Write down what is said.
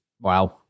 Wow